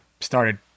started